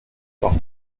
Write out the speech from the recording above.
doch